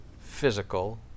physical